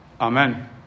Amen